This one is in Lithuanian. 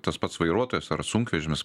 tas pats vairuotojas ar sunkvežimius